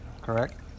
correct